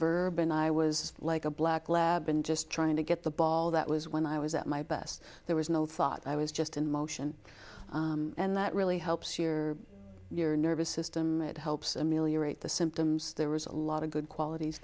and i was like a black lab and just trying to get the ball that was when i was at my best there was no thought i was just in motion and that really helps you or your nervous system it helps ameliorate the symptoms there was a lot of good qualities